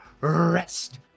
rest